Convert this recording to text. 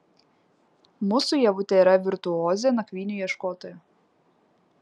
mūsų ievutė yra virtuozė nakvynių ieškotoja